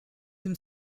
him